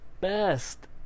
best